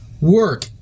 work